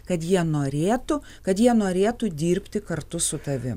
kad jie norėtų kad jie norėtų dirbti kartu su tavim